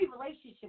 relationship